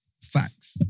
Facts